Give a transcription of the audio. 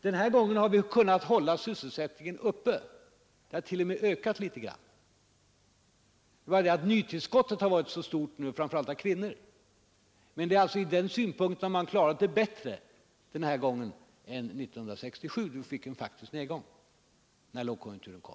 Den här gången har vi kunnat hålla sysselsättningen uppe — ja, den har t.o.m. ökat litet. Det är bara det att nytillskottet, framför allt av kvinnor, varit så stort nu. Vi har alltså klarat lågkonjunkturen bättre nu än 1967, då vi fick en faktisk nedgång när lågkonjunkturen kom.